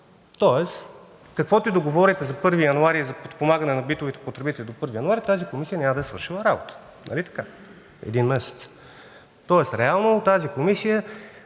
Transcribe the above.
Тоест каквото и да говорите за 1 януари и за подпомагане на битовите потребители до 1 януари, тази комисия няма да е свършила работа. Нали така, един месец? Реално тази комисия